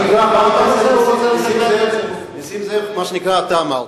הוא לא רוצה, נסים זאב, מה שנקרא, אתה אמרת.